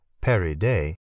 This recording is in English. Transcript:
peri-day